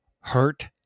hurt